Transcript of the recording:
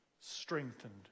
strengthened